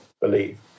believe